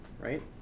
right